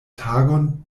tagon